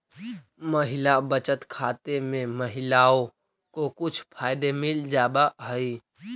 महिला बचत खाते में महिलाओं को कुछ फायदे मिल जावा हई